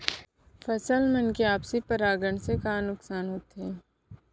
फसल मन के आपसी परागण से का का नुकसान होथे?